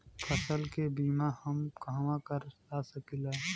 फसल के बिमा हम कहवा करा सकीला?